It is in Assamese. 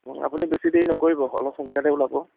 আপুনি বেছি দেৰি নকৰিব অলপ সোনকালে ওলাব